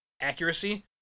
accuracy